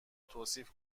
توصیف